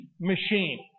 machine